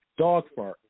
Dogfart